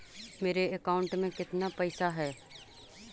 मेरे अकाउंट में केतना पैसा है?